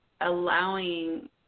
allowing